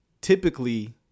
typically